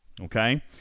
Okay